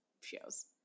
shows